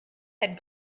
had